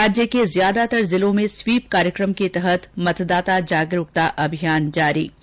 राज्य के ज्यादातर जिलों में स्वीप कार्यक्रम के तहत मतदाता जागरूकता अभियान शुरू